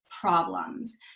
problems